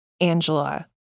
Angela